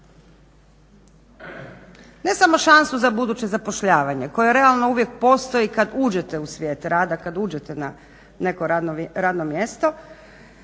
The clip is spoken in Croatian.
ne samo šansu za buduće zapošljavanje koja realno uvijek postoji kad uđete u svijet rada kad uđete na neko radno mjesto,